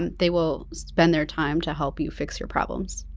and they will spend their time to help you fix your problems.